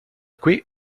qui